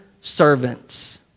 servants